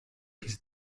his